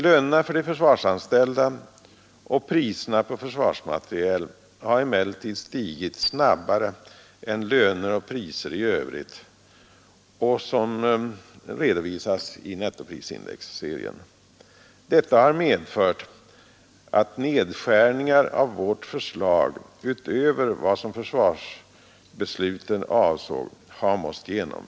Lönerna för de försvarsanställda och priserna på försvarsmateriel har emellertid stigit snabbare än löner och priser i övrigt, som redovisas i nettoprisindex. Detta har medfört nedskärningar av vårt försvar utöver vad försvarsbeslutet avsåg.